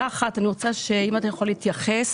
נושא אחרון.